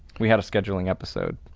we had a scheduling episode.